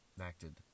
acted